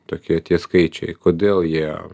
tokie tie skaičiai kodėl jie